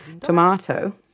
tomato